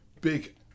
big